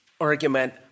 Argument